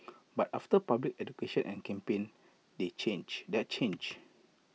but after public education and campaign they change that changed